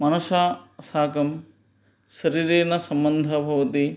मनसा साकं शरीरेण सम्बन्धः भवति